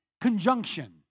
conjunction